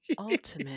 Ultimate